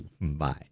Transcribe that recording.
Bye